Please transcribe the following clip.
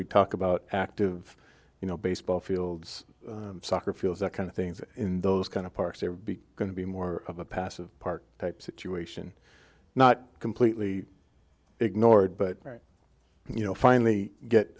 we talk about active you know baseball fields soccer fields that kind of things in those kind of parks they're going to be more of a passive park type situation not completely ignored but you know finally get